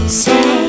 say